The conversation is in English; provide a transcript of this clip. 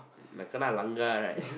like kena langgar right